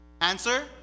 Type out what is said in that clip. Answer